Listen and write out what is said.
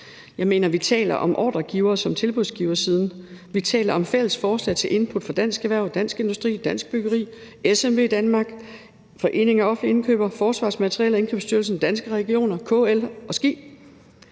input til. Vi taler om ordregiver- såvel som tilbudsgiversiden. Vi taler om fælles forslag til input fra Dansk Erhverv, Dansk Industri, DI Byggeri, SMVdanmark, IKA – foreningen af offentlige indkøbere, Forsvarsministeriets Materiel- og Indkøbsstyrelse, Danske Regioner, KL og SKI.